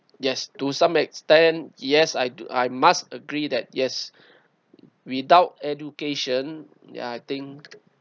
yes to some extent yes I do I must agree that yes without education ya I think